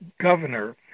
governor